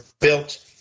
built